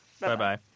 Bye-bye